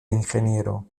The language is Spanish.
ingeniero